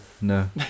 No